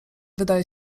wydaje